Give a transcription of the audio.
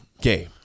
game